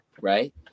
right